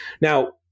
Now